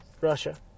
Russia